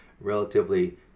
relatively